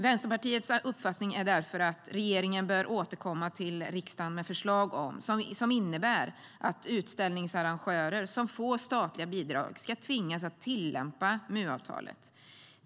Vänsterpartiets uppfattning är därför att regeringen bör återkomma till riksdagen med förslag som innebär att utställningsarrangörer som får statliga bidrag ska tvingas att tillämpa MU-avtalet.